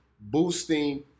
boosting